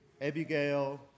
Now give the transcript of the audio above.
Abigail